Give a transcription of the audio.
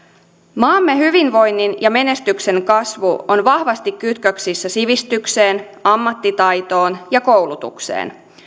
maamme hyvinvoinnin ja menestyksen kasvu on vahvasti kytköksissä sivistykseen ammattitaitoon ja koulutukseen